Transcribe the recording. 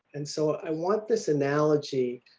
and so i want this analogy.